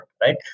right